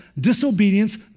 disobedience